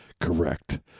Correct